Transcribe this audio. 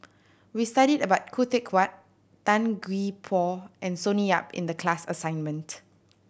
we studied about Khoo Teck Puat Tan Gee Paw and Sonny Yap in the class assignment